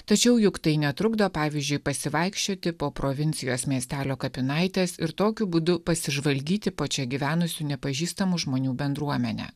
tačiau juk tai netrukdo pavyzdžiui pasivaikščioti po provincijos miestelio kapinaites ir tokiu būdu pasižvalgyti po čia gyvenusių nepažįstamų žmonių bendruomenę